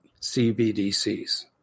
CBDCs